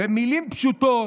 במילים פשוטות,